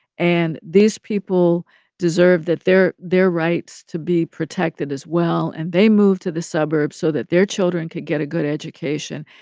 and these people deserved that their their rights to be protected as well. and they moved to the suburbs so that their children could get a good education,